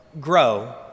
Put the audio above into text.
grow